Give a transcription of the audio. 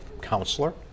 counselor